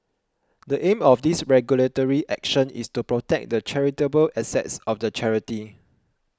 the aim of this regulatory action is to protect the charitable assets of the charity